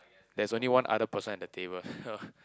there's only one other person at the table